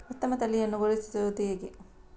ಉತ್ತಮ ತಳಿಯನ್ನು ಗುರುತಿಸುವುದು ಹೇಗೆ?